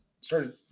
started